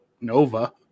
Nova